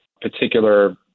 particular